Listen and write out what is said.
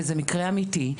וזה מקרה אמיתי,